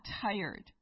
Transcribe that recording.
tired